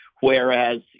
Whereas